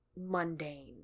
mundane